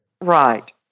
Right